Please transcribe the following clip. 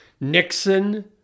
Nixon